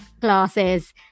glasses